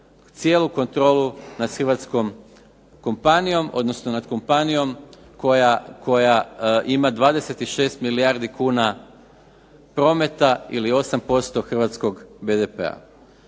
cijelu kontrolu nad hrvatskom kompanijom, odnosno nad kompanijom koja ima 26 milijardi kuna prometa ili 8% hrvatskog BDP-a.